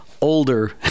older